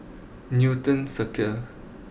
Newton